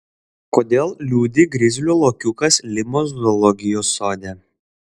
kodėl liūdi grizlių lokiukas limos zoologijos sode